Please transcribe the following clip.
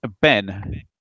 Ben